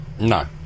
No